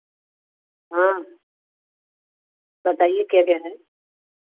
हाँ बताईए क्या क्या है